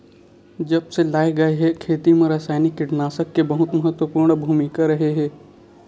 जब से लाए गए हे, खेती मा रासायनिक कीटनाशक के बहुत महत्वपूर्ण भूमिका रहे हे